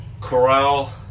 Corral